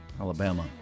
Alabama